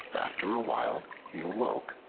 after a while he awoke,